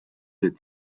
that